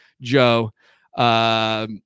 Joe